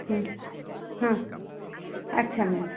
ହଁ ଆଚ୍ଛା ମ୍ୟାମ୍